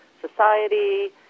society –